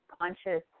conscious